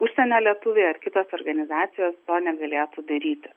užsienio lietuviai ar kitos organizacijos to negalėtų daryti